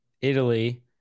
Italy